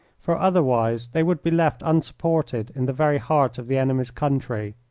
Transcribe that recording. for otherwise they would be left unsupported in the very heart of the enemy's country.